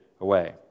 away